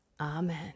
Amen